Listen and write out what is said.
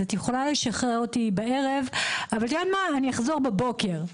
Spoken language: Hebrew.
אז את יכולה לשחרר אותי בערב ואני אחזור בבוקר",